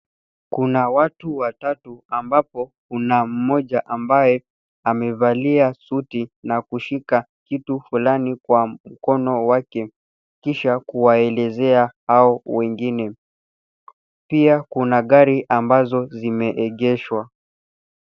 Kuna watu watatu ambapo kuna mmoja ambaye amevalia suti na kushika kitu fulani kwa mkono wake kisha kuwaelezea hao wengine. Pia kuna gari ambazo zimeegeshwa.